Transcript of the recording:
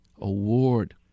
award